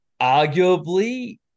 arguably